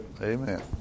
Amen